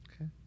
Okay